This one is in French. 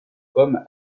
comme